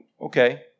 okay